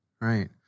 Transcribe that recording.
Right